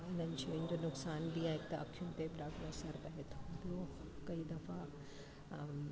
हिननि शयुनि जो नुक़सान बि आहे हिकु त अख़ियूं ते बि ॾाढो असरु पए थो ॿियो कई दफ़ा